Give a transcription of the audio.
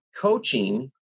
coaching